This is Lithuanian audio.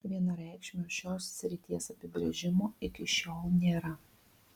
vienareikšmio šios srities apibrėžimo iki šiol nėra